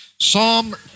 Psalm